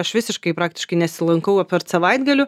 aš visiškai praktiškai nesilankau apart savaitgalių